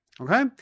Okay